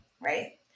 right